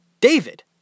David